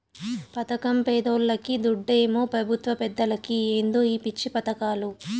పదకం పేదోల్లకి, దుడ్డేమో పెబుత్వ పెద్దలకి ఏందో ఈ పిచ్చి పదకాలు